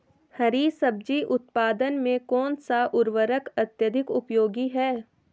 हरी सब्जी उत्पादन में कौन सा उर्वरक अत्यधिक उपयोगी है?